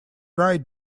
right